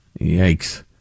Yikes